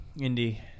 Indy